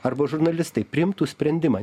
arba žurnalistai priimtų sprendimą